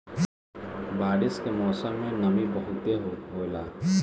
बारिश के मौसम में नमी बहुते होला